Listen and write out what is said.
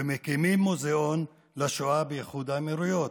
ומקימים מוזיאון לשואה באיחוד האמירויות.